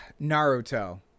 Naruto